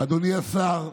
אדוני השר,